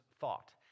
thought